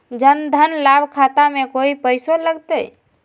जन धन लाभ खाता में कोइ पैसों लगते?